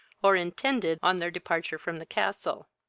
or intended on their departure from the castle.